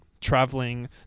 traveling